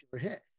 hit